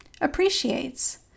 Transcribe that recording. appreciates